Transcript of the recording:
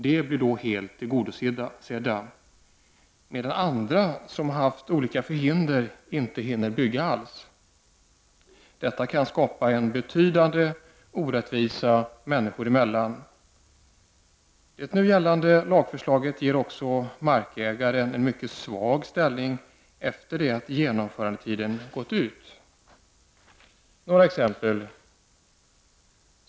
De blir då helt tillgodosedda, medan andra som haft olika förhinder inte hinner bygga alls. Detta kan skapa en betydande orättvisa människor emellan. Det nu gällande lagförslaget ger också markägaren en mycket svag ställning efter det att genomförandetiden gått ut. Jag skall ta några exempel.